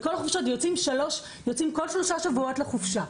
בכל החופשות יוצאים כל שלושה שבועות לחופשה.